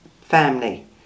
family